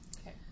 Okay